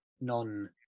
non